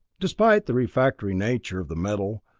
despite the refractory nature of the metal,